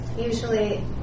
usually